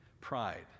pride